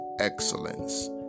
excellence